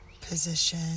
position